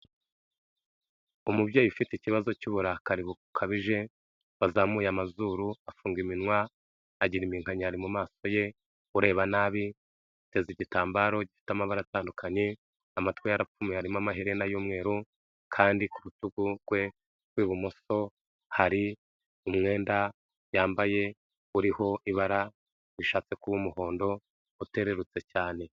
Umubyeyi ufite ikibazo cy'uburakari bukabije, wazamuye amazuru afunga iminwa, agira iminkanyari mu maso ye, ureba nabiteze igitambaro gifite amabara atandukanye, amatwi yarapfuye harimo amaherena y'umweru, kandi ku rutugu kwe kw'ibumoso hari umwenda yambaye uriho ibara rishatse kuba umuhondo uteretse cyane.